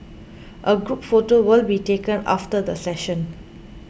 a group photo will be taken after the session